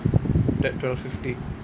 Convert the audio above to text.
that twelve fifty